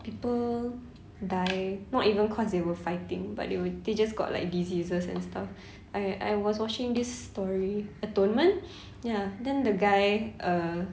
people die not even cause they were fighting but they were they just got like diseases and stuff I I was watching this story atonement ya then the guy uh